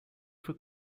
fue